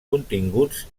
continguts